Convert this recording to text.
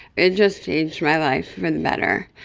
it just changed my life for the better.